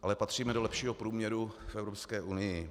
Ale patříme do lepšího průměru v Evropské unii.